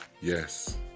Yes